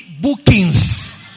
bookings